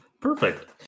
Perfect